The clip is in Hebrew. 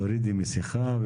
בבקשה.